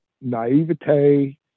naivete